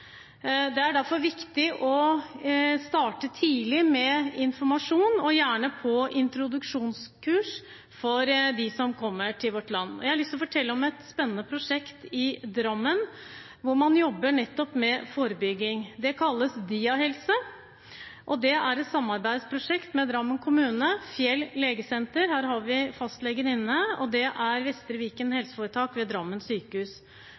Det er derfor viktig å starte tidlig med informasjon, og gjerne på introduksjonskurs, for dem som kommer til vårt land. Jeg har lyst til å fortelle om et spennende prosjekt i Drammen, hvor man jobber nettopp med forebygging. Det kalles DiaHelse. Det er et samarbeidsprosjekt, med Drammen kommune, Fjell Legesenter – her har vi fastlegen inne – og Vestre Viken HF ved Drammen sykehus.